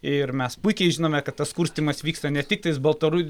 ir mes puikiai žinome kad tas kurstymas vyksta ne tik tais baltaru